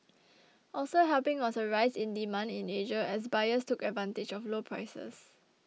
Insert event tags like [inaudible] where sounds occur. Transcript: [noise] also helping was a rise in demand in Asia as buyers took advantage of low prices